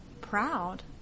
proud